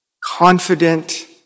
confident